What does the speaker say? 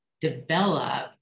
develop